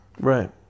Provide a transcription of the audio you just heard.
Right